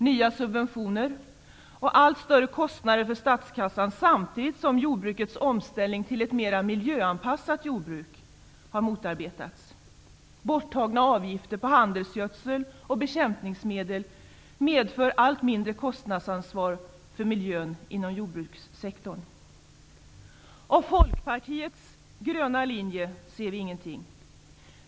Nya subventioner och allt större kostnader för statskassan, samtidigt som omställningen till ett mera miljöanpassat jordbruk har motarbetats. Borttagna avgifter på handelsgödsel och bekämpningsmedel medför allt mindre kostnadsansvar för miljön inom jordbrukssektorn. Av Folkpartiets gröna linje ser vi ingenting.